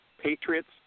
Patriots